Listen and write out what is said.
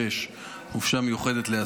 66, הוראת שעה,